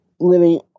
living